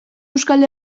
euskal